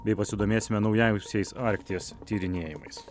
bei pasidomėsime naujausiais arkties tyrinėjimais